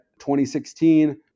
2016